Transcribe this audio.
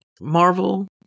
Marvel